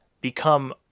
become